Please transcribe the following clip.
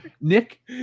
Nick